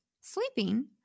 sleeping